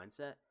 mindset